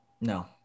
No